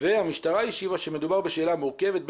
והמשטרה השיבה שמדובר בשאלה מורכבת,